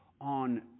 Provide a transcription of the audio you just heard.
on